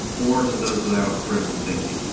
or to those without critical thinking.